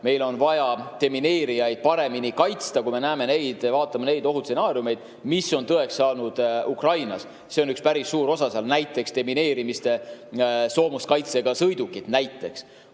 meil on vaja demineerijaid paremini kaitsta, kui me vaatame neid ohustsenaariume, mis on tõeks saanud Ukrainas. See on üks päris suur osa seal. Näiteks demineerimise jaoks soomuskaitsega sõidukid. Kui